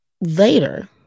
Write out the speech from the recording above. Later